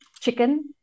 chicken